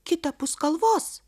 kitapus kalvos